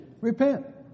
repent